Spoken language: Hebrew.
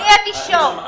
מי הנישום?